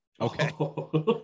Okay